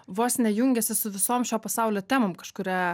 vos ne jungiasi su visom šio pasaulio temom kažkuria